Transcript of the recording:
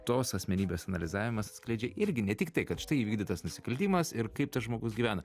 tos asmenybės analizavimas atskleidžia irgi ne tik tai kad štai įvykdytas nusikaltimas ir kaip tas žmogus gyvena